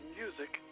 music